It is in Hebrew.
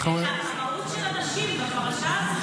אנחנו ----- את המהות של הנשים בפרשה הזאת,